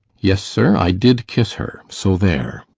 yes, sir, i did kiss her so there.